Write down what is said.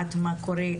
מסתכלים,